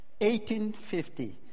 1850